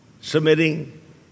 Submitting